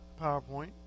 PowerPoint